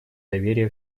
доверие